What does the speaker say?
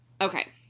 Okay